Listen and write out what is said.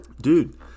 Dude